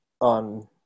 on